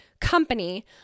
company